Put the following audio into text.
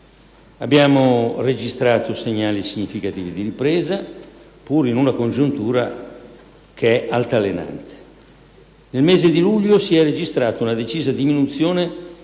Abbiamo registrato segnali significativi di ripresa, pure in una congiuntura che è altalenante. Nel mese di luglio si è registrata una decisa diminuzione